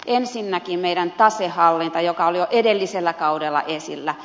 ensinnäkin meidän tasehallintamme joka oli jo edellisellä kaudella esillä